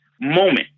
moment